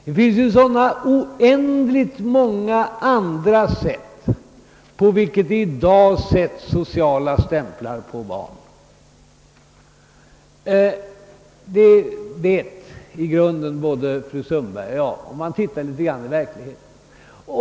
Det finns oändligt många andra sätt på vilka det i dag sätts sociala stämplar på barnen, och i grund och botten vet både fru Sundberg och jag detta.